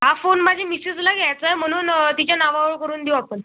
हा फोन माझ्या मिशेसला घ्यायचा आहे म्हणून तिच्या नावावर करून देऊ आपण